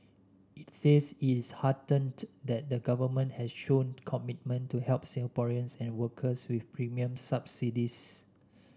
it says it is heartened that the Government has shown commitment to help Singaporeans and workers with premium subsidies